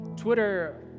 Twitter